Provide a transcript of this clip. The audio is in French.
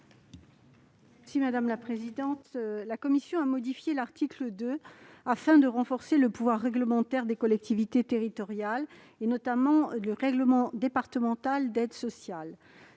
Mme Laurence Cohen. La commission a modifié l'article 2 afin de renforcer le pouvoir réglementaire des collectivités territoriales, notamment le règlement départemental d'aide sociale.